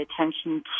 attention